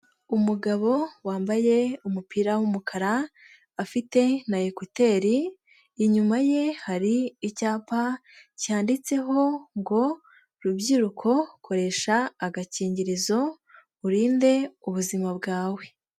Umugabo wambaye umupira w'umukara, afite na ekuteri, inyuma ye hari icyapa cyanditseho ngo ''rubyiruko koresha agakingirizo urinde ubuzima bwawe.''